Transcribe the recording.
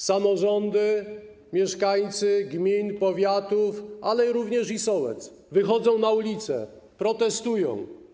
Samorządy, mieszkańcy gmin, powiatów, ale również sołectw wychodzą na ulice, protestują.